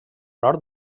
nord